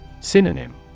Synonym